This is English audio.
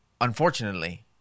Unfortunately